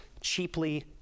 cheaply